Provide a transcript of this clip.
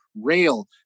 rail